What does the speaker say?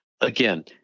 Again